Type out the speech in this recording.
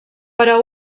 però